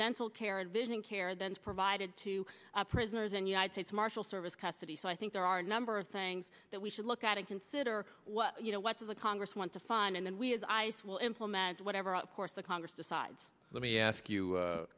dental care and vision care then provided to prisoners in united states marshal service custody so i think there are a number of things that we should look at and consider what you know what does the congress want to fund and then we as ice will implement whatever of course the congress decides let me ask you